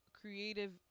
creative